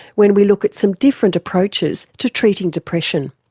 when we look at some different approaches to treating depression.